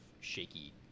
shaky